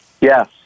Yes